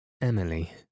Emily